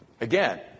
Again